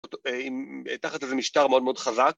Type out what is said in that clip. ‫תחת לזה משטר מאוד מאוד חזק.